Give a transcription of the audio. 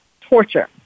torture